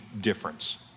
difference